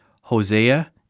Hosea